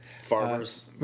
Farmers